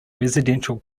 residential